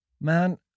man